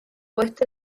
puesto